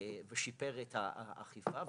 ושיפר את האכיפה.